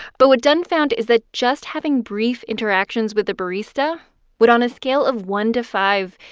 but what dunn found is that just having brief interactions with a barista would, on a scale of one to five,